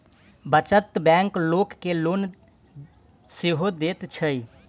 बचत बैंक लोक के लोन सेहो दैत छै